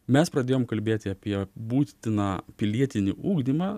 mes pradėjom kalbėti apie būtiną pilietinį ugdymą